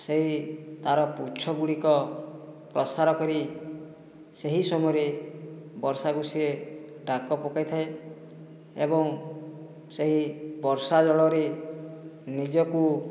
ସେହି ତାର ପୁଚ୍ଛ ଗୁଡ଼ିକ ପ୍ରସାର କରି ସେହି ସମୟରେ ବର୍ଷାକୁ ସିଏ ଡାକ ପକାଇଥାଏ ଏବଂ ସେହି ବର୍ଷା ଜଳରେ ନିଜକୁ